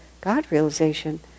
God-realization